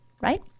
right